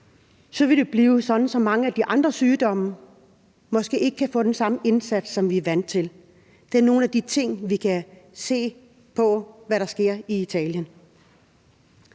knæ vil det blive sådan, at mange af de andre sygdomme måske ikke kan få den samme indsats, som vi er vant til. Det er nogle af de ting, vi ser, når vi kigger på, hvad der sker i Italien.